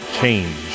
Change